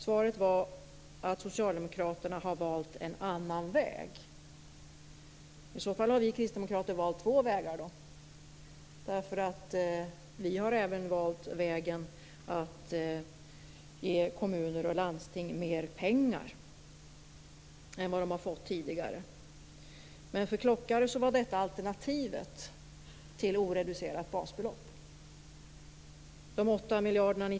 Svaret var att socialdemokraterna har valt en annan väg. I så fall har vi kristdemokrater valt två vägar. Vi har även valt att ge kommuner och landsting mer pengar än vad de har fått tidigare. Men för Klockare var detta alternativet till oreducerat basbelopp.